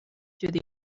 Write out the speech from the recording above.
through